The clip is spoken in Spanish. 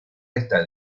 esta